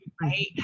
right